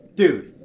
dude